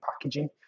packaging